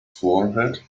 forehead